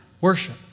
Worship